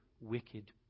wicked